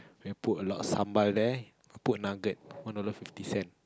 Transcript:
put a lot of sambal there put nugget one dollar fifty cent